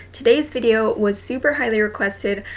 today's video was super highly requested.